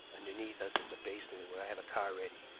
underneath us is a basement where i have a car ready,